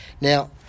Now